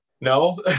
No